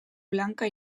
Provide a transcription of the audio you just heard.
blanca